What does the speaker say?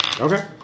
Okay